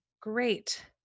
Great